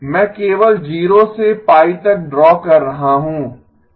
मैं केवल 0 से π तक ड्रा कर रहा हूं